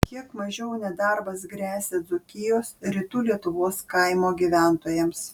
kiek mažiau nedarbas gresia dzūkijos rytų lietuvos kaimo gyventojams